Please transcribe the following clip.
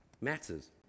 matters